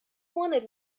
wanted